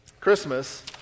Christmas